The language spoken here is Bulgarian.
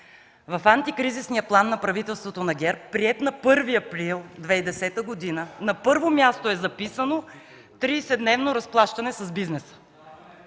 в Антикризисния план на правителството на ГЕРБ, приет на 1 април 2010 г., на първо място е записано: „Тридесетдневно разплащане с бизнеса”.